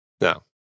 No